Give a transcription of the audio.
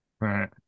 right